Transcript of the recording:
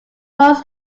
was